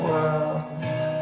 World